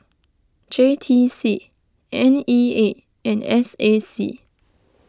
J T C N E A and S A C